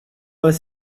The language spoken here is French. vingt